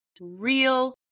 real